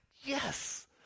yes